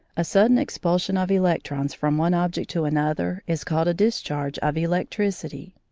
a sudden expulsion of electrons from one object to another is called a discharge of electricity.